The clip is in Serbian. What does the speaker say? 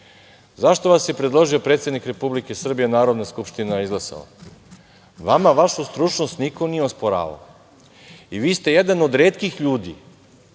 Zašto vas je predložio predsednik Republike Srbije, a Narodna skupština izglasala? Vama vašu stručnost niko nije osporavao i vi ste jedan od retkih ljudi